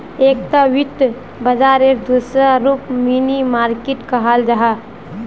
एकता वित्त बाजारेर दूसरा रूप मनी मार्किट कहाल जाहा